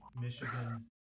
Michigan